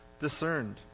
discerned